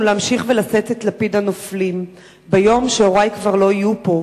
להמשיך ולשאת את לפיד הנופלים ביום שהורי כבר לא יהיו פה,